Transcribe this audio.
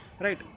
Right